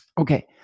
Okay